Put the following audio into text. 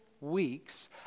weeks